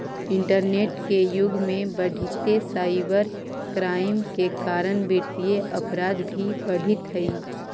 internet के युग में बढ़ीते साइबर क्राइम के कारण वित्तीय अपराध भी बढ़ित हइ